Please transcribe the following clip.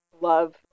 love